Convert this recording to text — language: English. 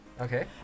Okay